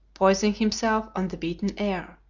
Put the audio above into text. poising himself on the beaten air.